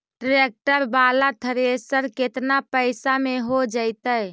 Tractor बाला thresher केतना पैसा में हो जैतै?